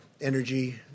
energy